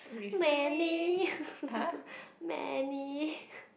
many many